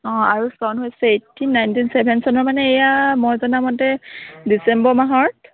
অঁ আৰু চন হৈছে এইটটিন নাইনটিন ছেভেন চনৰ মানে এয়া মই জনামতে ডিচেম্বৰ মাহত